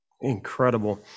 Incredible